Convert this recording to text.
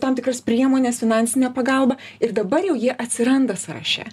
tam tikras priemones finansinę pagalbą ir dabar jau jie atsiranda sąraše